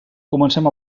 comencem